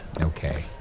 Okay